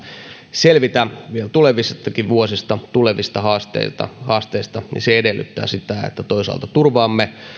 selvitä vielä tulevistakin vuosista tulevista haasteista haasteista niin se edellyttää sitä että toisaalta turvaamme